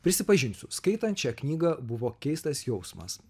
prisipažinsiu skaitant šią knygą buvo keistas jausmas